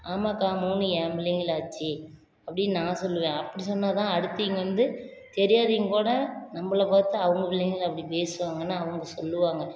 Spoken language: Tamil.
ஆமாக்கா மூணும் என் பிள்ளைங்களாச்சு அப்படின்னு நான் சொல்லுவேன் அப்படி சொன்னால் தான் அடுத்து இங்கே வந்து தெரியாதவங்க கூட நம்பளை பார்த்து அவங்க பிள்ளைங்கள அப்படி பேசுவாங்கன்னு அவங்க சொல்லுவாங்க